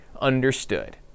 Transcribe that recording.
understood